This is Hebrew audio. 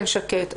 הוא כן שקט.